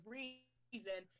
reason